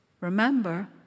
remember